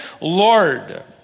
Lord